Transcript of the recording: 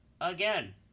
again